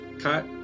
Cut